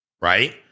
right